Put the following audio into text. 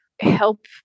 help